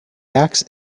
axe